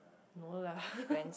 no lah